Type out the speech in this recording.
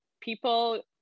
people